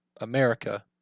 America